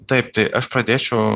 taip tai aš pradėčiau